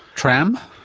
tram?